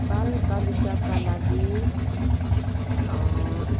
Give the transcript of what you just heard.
बालबालिकाका लागि